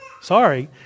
Sorry